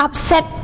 Upset